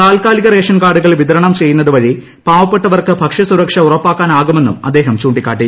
താല്ക്കാലിക റേഷ്ട്രുകാർഡുകൾ വിതരണം ചെയ്യുന്നത് വഴി പാവപ്പെട്ടവർക്ക് ഭക്ഷ്യ സുരക്ഷ ഉറപ്പാക്കാനാകുമെന്നും അദ്ദേഹം ചൂണ്ടിക്ക്ാട്ടി